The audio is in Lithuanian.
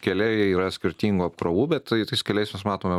keliai yra skirtingų apkrovų bet tais keliais mes matome